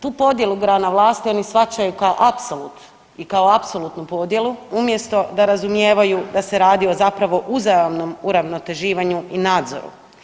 Tu podjelu grana vlasti oni shvaćaju kao apsolut i kao apsolutnu podjelu umjesto da razumijevaju da se radi o zapravo uzajamnom uravnoteživanju i nadzoru.